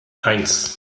eins